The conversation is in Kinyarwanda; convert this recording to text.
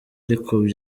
ariko